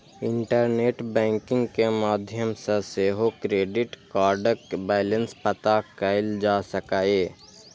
internet banking के माध्यम सं सेहो क्रेडिट कार्डक बैलेंस पता कैल जा सकैए